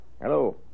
Hello